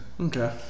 Okay